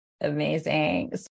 amazing